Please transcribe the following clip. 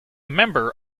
member